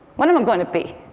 what am i going to be?